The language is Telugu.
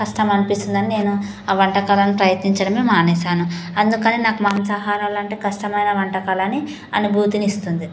కష్టం అనిపిస్తుంది అని నేను ఆ వంటకాల ప్రయత్నించడమే మానేశాను అందుకని నాకు మనసారాలంటే కష్టమైన వంటకాలని అనుభూతిని ఇస్తుంది